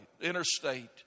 interstate